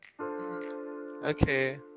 Okay